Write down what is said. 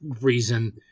reason